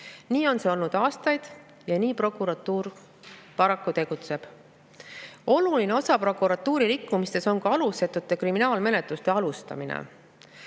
Nii on see olnud aastaid ja nii prokuratuur paraku tegutseb. Oluline osa prokuratuuri rikkumistest on ka alusetute kriminaalmenetluste alustamine,